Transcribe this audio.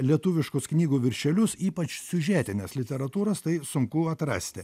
lietuviškus knygų viršelius ypač siužetines literatūros taip sunku atrasti